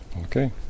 Okay